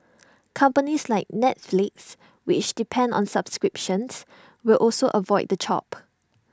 companies like Netflix which depend on subscriptions will also avoid the chop